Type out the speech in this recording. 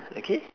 okay